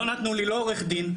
לא נתנו לי עורך דין.